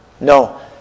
No